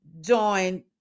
join